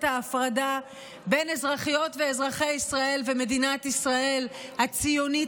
ההפרדה בין אזרחיות ואזרחי ישראל ומדינת ישראל הציונית,